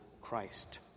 Christ